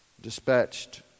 dispatched